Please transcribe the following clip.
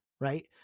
right